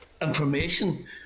information